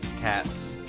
cats